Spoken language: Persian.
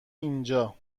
اینجا